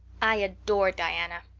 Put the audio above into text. i adore diana.